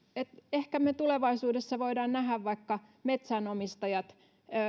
ehkä me tulevaisuudessa voimme nähdä vaikka metsänomistajia